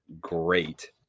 great